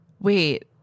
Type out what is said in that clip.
Wait